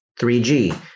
3G